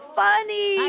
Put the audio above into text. funny